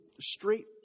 straight